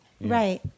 Right